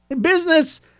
business